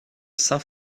saint